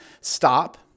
stop